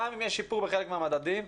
גם אם יש שיפור בחלק מהמדדים,